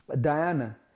Diana